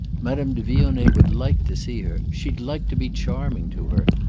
madame de vionnet would like to see her. she'd like to be charming to her.